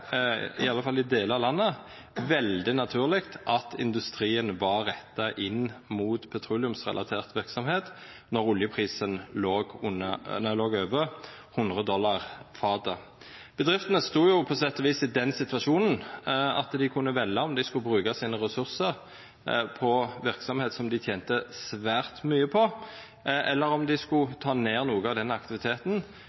i alle fall i delar av landet veldig naturleg at industrien var retta inn mot petroleumsrelatert verksemd når oljeprisen låg over 100 dollar fatet. Bedriftene stod i den situasjonen at dei kunne velja om dei ville bruka ressursane sine på verksemd som dei tente svært mykje på, eller om dei skulle